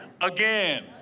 again